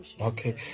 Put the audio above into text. Okay